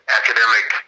academic